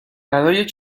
برای